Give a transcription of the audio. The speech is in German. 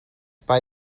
bei